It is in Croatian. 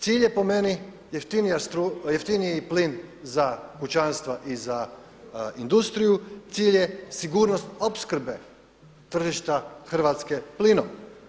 Cilj je po meni jeftiniji plin za kućanstva i za industriju, cilj je sigurnost opskrbe tržišta Hrvatske plinom.